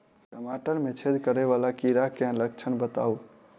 टमाटर मे छेद करै वला कीड़ा केँ लक्षण बताउ?